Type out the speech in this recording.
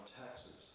taxes